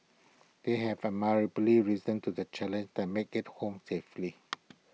they have admirably risen to the challenge and make IT home safely